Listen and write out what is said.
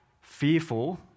fearful